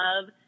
love